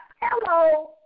Hello